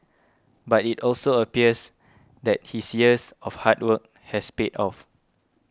but it also appears that his years of hard work has paid off